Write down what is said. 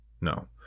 No